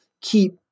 keep